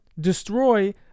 destroy